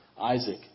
Isaac